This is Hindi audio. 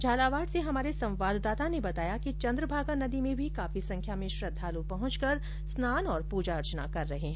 झालावाड से हमारे संवाददाता ने बताया कि चन्द्रभागा नदी में भी काफी संख्या में श्रद्धाल पहंचकर स्नान और पूजा अर्चना कर रहे हैं